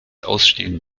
ausstehen